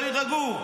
הם לא יירגעו.